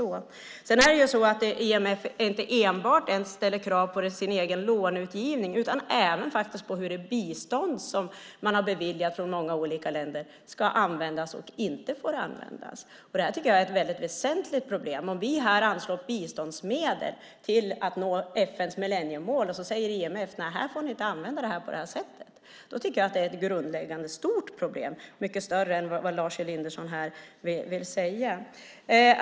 IMF ställer inte enbart krav på sin egen långivning utan även på hur det bistånd som man har beviljat från många olika länder ska och inte ska användas. Det är ett väsentligt problem. Om vi anslår biståndsmedel till att nå FN:s millenniemål och IMF säger att vi inte får använda medlen till det är det ett grundläggande och stort problem - mycket större än vad Lars Elinderson vill säga.